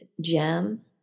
gem